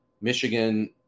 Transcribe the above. Michigan